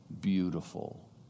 beautiful